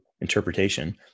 interpretation